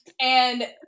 and-